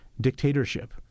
dictatorship